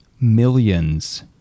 millions